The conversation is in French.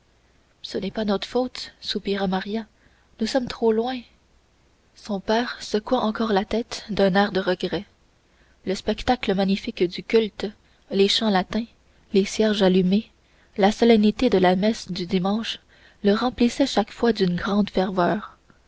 ce n'est pas notre faute soupira maria nous sommes trop loin son père secoua encore la tête d'un air de regret le spectacle magnifique du culte les chants latins les cierges allumés la solennité de la messe du dimanche le remplissaient chaque fois d'une grande ferveur